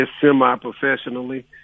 semi-professionally